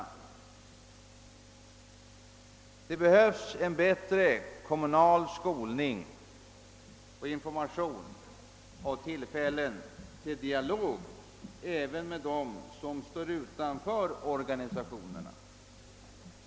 Vi behöver en bättre kommunal skolning och information och flera tillfällen att föra dialoger även med dem som står utanför organisationerna.